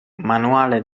manuale